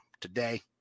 today